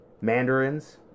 Mandarins